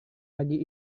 pagi